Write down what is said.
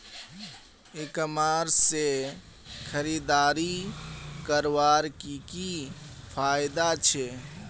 ई commerce से खरीदारी करवार की की फायदा छे?